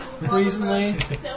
recently